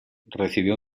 recibió